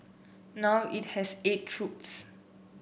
now it has eight troops